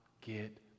get